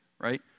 Right